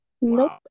Nope